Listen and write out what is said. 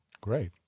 Great